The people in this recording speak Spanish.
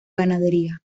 ganadería